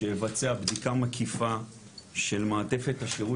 שייבצע בדיקה מקיפה של מעטפת השירות,